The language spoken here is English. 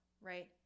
right